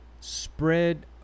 spread